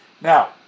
Now